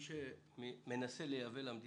לפני שאתן לחבר הכנסת חמד עמאר שמלווה את היום הזה בהתמדה,